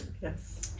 Yes